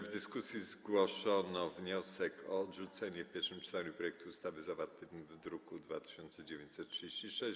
W dyskusji zgłoszono wniosek o odrzucenie w pierwszym czytaniu projektu ustawy zawartego w druku nr 2936.